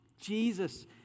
Jesus